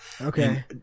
Okay